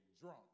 drunk